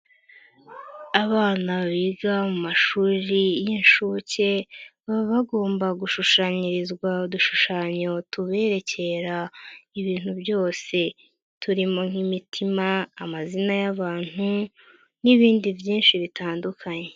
Abana biga mu mashuri y'inshuke baba bagomba gushushanyirizwa udushushanyo tuberekera ibintu byose turimo nk'imitima, amazina, y'abantu, n'ibindi byinshi bitandukanye.